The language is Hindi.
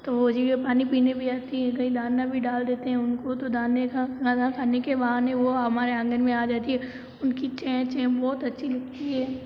तो जब चिड़िया पानी पीने भी आती है कहीं दाना भी डाल देते हैं उनको तो दाने का खाना खाने के बहाने वो हमारे आंगन में आ जाती है उनकी चें चें बहुत अच्छी लगती है